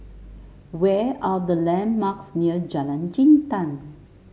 where are the landmarks near Jalan Jintan